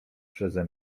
przeze